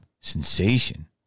sensation